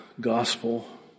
gospel